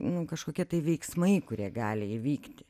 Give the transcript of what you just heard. nu kažkokie tai veiksmai kurie gali įvykti